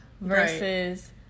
versus